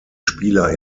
spieler